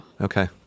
Okay